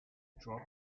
drop